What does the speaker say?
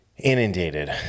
inundated